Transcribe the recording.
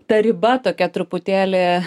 ta riba tokia truputėlį